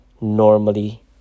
normally